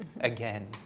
again